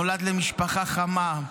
הוא נולד למשפחה חמה,